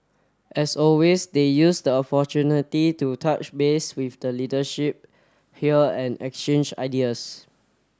as always they used the opportunity to touch base with the leadership here and exchange ideas